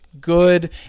good